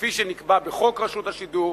כפי שנקבע בחוק רשות השידור,